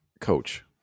Coach